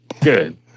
good